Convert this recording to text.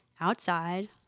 outside